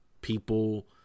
people